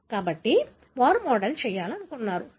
కాబట్టి వారు మోడల్ చేయాలనుకున్నారు